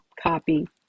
copy